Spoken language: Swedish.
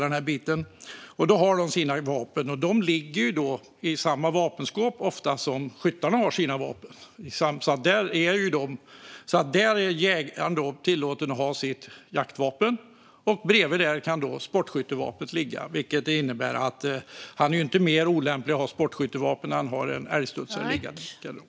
Deras vapen ligger ofta i samma vapenskåp som sportskyttarnas vapen. Där är jägaren tillåten att ha sitt jaktvapen bredvid ett sportskyttevapen, vilket innebär att jägaren inte är mer olämplig att ha ett sportskyttevapen om han har en älgstudsare liggande bredvid.